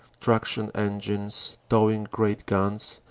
traction-engines towing great guns,